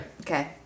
Okay